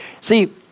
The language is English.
see